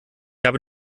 habe